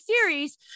series